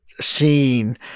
scene